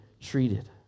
treated